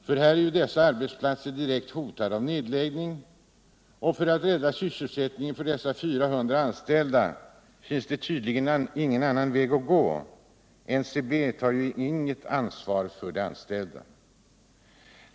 Här är dessa arbetsplatser direkt hotade av nedläggning, och för att rädda sysselsättningen för dessa 400 anställda finns tydligen ingen annan väg att gå just nu. NCB tar inget ansvar för sina anställda.